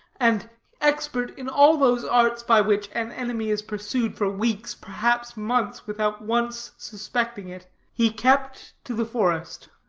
and expert in all those arts by which an enemy is pursued for weeks, perhaps months, without once suspecting it, he kept to the forest.